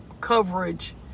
coverage